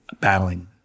battling